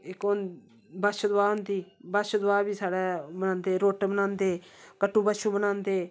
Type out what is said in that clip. इक बच्छदुआह होदी बच्छदुआह बिच्च साढ़े मनांदे रुट बनांदे कट्टू बच्छु बनांदे